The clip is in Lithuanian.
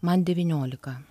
man devyniolika